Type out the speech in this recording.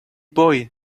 boy